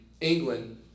England